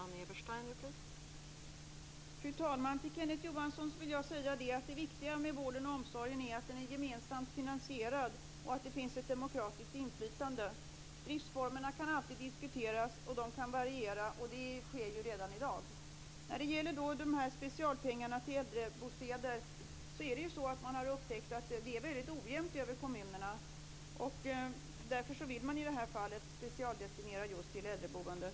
Fru talman! Till Kenneth Johansson vill jag säga att det viktiga med vården och omsorgen är att den är gemensamt finansierad och att det finns ett demokratiskt inflytande. Driftsformerna kan alltid diskuteras, och de kan variera. Det sker redan i dag. När det gäller specialpengarna till äldrebostäder har man upptäckt att det är väldigt ojämnt över kommunerna, och därför vill man i det här fallet specialdestinera just till äldreboendet.